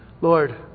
Lord